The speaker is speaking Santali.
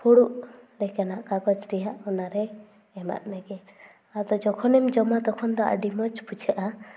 ᱯᱷᱩᱲᱩᱜ ᱞᱮᱠᱟᱱᱟᱜ ᱠᱟᱜᱚᱡᱽ ᱨᱮᱭᱟᱜ ᱚᱱᱟ ᱨᱮ ᱮᱢᱟᱫ ᱢᱮᱜᱮᱭ ᱟᱫᱚ ᱡᱚᱠᱷᱚᱱᱮᱢ ᱡᱚᱢᱟ ᱛᱚᱠᱷᱚᱱ ᱫᱚ ᱟᱹᱰᱤ ᱢᱚᱡᱽ ᱵᱩᱡᱷᱟᱹᱜᱼᱟ